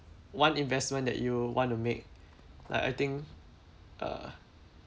one investment that you want to make like I think uh